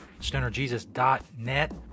stonerJesus.net